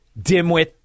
dimwit